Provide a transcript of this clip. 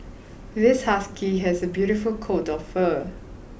this husky has a beautiful coat of fur